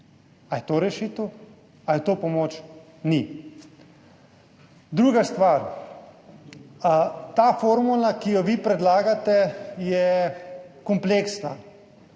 Ali je to rešitev, ali je to pomoč? Ni. Druga stvar. Ta formula, ki jo vi predlagate, je kompleksna.